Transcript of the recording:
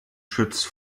schützt